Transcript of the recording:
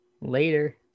Later